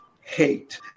hate